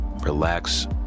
relax